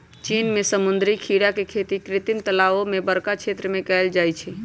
चीन में समुद्री खीरा के खेती कृत्रिम तालाओ में बरका क्षेत्र में कएल जाइ छइ